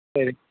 சரி